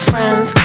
Friends